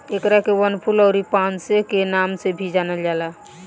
एकरा के वनफूल अउरी पांसे के नाम से भी जानल जाला